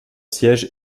siège